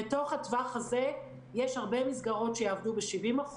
בתוך הטווח הזה יש הרבה מסגרות שיעבדו ב-70%,